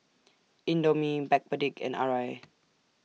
Indomie Backpedic and Arai